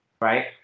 right